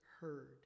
heard